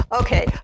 okay